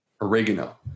oregano